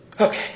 Okay